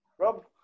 Rob